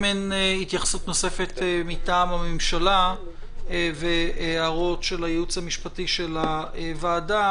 אם אין התייחסות נוספת מטעם הממשלה והערות של הייעוץ המשפטי של הוועדה,